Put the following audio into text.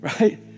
right